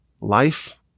life